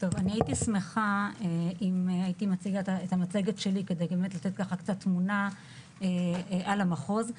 הייתי שמחה להציג את המצגת שלי כדי לתת תמונה על המחוז.